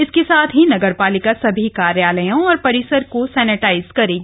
इसके साथ ही नगर पालिका सभी कार्यालयों और परिसर को सैनिटाइज करेगी